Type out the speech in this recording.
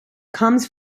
comes